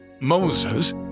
Moses